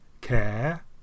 care